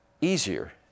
easier